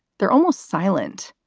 they're almost silent.